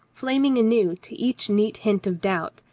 flaming anew to each neat hint of doubt,